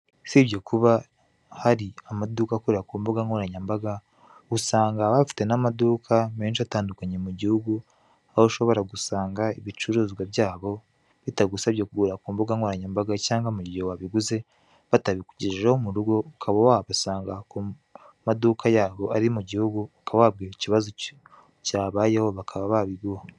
Usibye kuba hari amaduka akorera ku mbugankoranyambaga, usanga bafite n'amaduka menshi atandukanye mu gihugu, aho ushobora gusanga ibicuruzwa byabo bitagusabye kugurira ku mbugankoranyambaga cyangwa mu gihe wabiguze batabikugejejeho mu rugo ukaba awabasanga mu maduka yabo ari mu gihugu ukaba wababwira ikibazo cyabayeho bakaba babiguha.